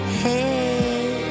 hey